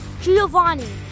Giovanni